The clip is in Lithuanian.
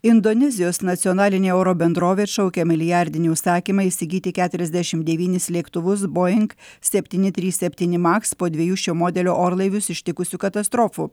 indonezijos nacionalinė oro bendrovė atšaukia milijardinį užsakymą įsigyti keturiasdešim devynis lėktuvus boeing septyni trys septyni maks po dviejų šio modelio orlaivius ištikusių katastrofų